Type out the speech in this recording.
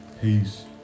peace